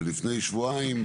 ולפני שבועיים,